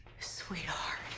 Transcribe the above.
Sweetheart